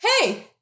Hey